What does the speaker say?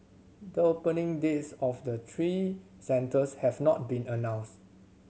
the opening dates of the three centres have not been announced